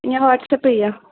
ഞാൻ വാട്സാപ്പ് ചെയ്യാം